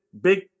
big